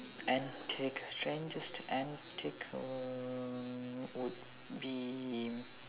antic strangest antic would would be